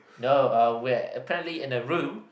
no uh we're apparently in a room